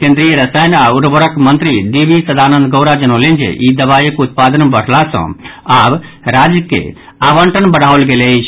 केन्द्रीय रसायन आ उर्वरक मंत्री डी वी सदानंद गौड़ा जनौलनि जे ई दवाईक उत्पादन बढ़ला सँ आब राज्य सभ के आवंटन बढ़ाओल गेल अछि